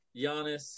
Giannis